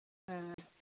ꯑ